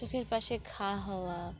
চোখের পাশে ঘা হাওয়া